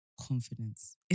Confidence